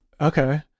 okay